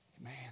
Man